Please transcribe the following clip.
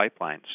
pipelines